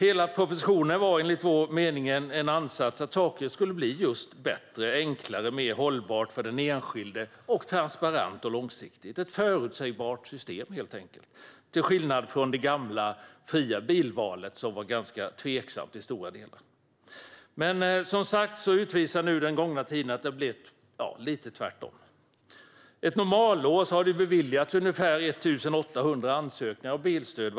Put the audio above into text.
Enligt vår mening var hela propositionen en ansats till att det skulle bli bättre, enklare och mer hållbart för den enskilde, transparent och långsiktigt - ett förutsägbart system helt enkelt, till skillnad från det gamla, fria bilvalet som i stora delar var ganska tveksamt. Men den gångna tiden har utvisat att det har blivit tvärtom. Ett normalår har det beviljats ungefär 1 800 ansökningar om bilstöd.